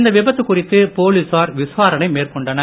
இந்த விபத்து குறித்து போலிசார் விசாரணை மேற்கொண்டனர்